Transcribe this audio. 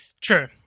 True